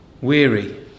weary